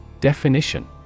Definition